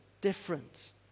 different